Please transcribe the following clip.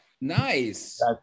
nice